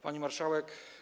Pani Marszałek!